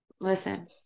listen